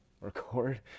record